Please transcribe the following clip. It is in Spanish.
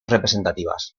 representativas